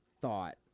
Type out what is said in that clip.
thought